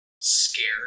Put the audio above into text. scared